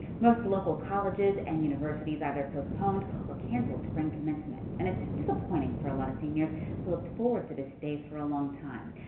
most local colleges and universities either postponed or canceled spring commencement. and it's disappointing for many seniors who looked forward to this day for a long time.